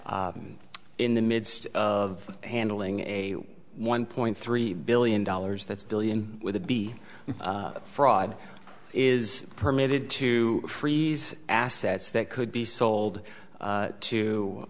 in the midst of handling a one point three billion dollars that's billion with a b fraud is permitted to freeze assets that could be sold